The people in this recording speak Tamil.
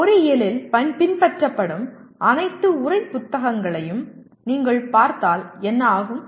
பொறியியலில் பின்பற்றப்படும் அனைத்து உரை புத்தகங்களையும் நீங்கள் பார்த்தால் என்ன ஆகும்